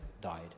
died